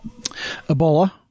Ebola